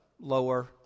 lower